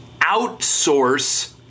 outsource